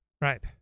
right